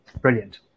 brilliant